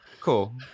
cool